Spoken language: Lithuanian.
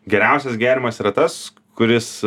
geriausias gėrimas yra tas kuris